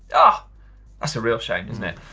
ah, that's a real shame isn't it?